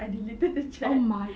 I deleted the chat